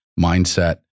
mindset